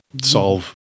solve